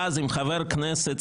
ואז אם חבר כנסת,